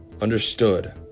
understood